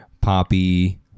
poppy